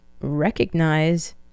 recognize